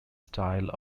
style